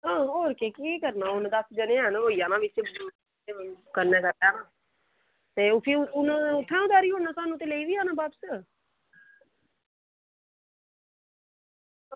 आं होर केह् करना दस्स जनें हैन बिच होई जाना कन्नै गै ते हून उसगी उत्था बी लेई जाना ते करी औना बापस